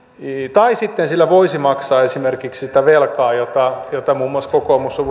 tai sitten sillä voisi maksaa esimerkiksi sitä velkaa jota jota muun muassa kokoomus on